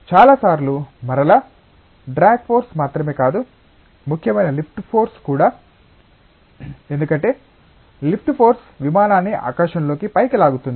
చాలా సార్లు మరలా డ్రాగ్ ఫోర్స్ మాత్రమే కాదు ముఖ్యమైన లిఫ్ట్ ఫోర్స్ కూడా ఎందుకంటే లిఫ్ట్ ఫోర్స్ విమానాన్ని ఆకాశంలో పైకి లాగుతుంది